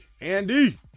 Andy